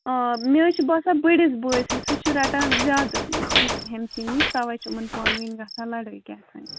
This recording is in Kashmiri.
آ مےٚ حظ چھِ باسان بٔڑِس بٲسٕے سُہ چھِ رَٹان زیادٕ حِصہٕ ہیٚمسٕے نِش تَوَے چھِ یِمَن پانہٕ ؤنۍ گژھان لَڑٲے کیٛاہ تانۍ